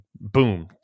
boom